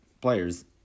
players